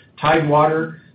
Tidewater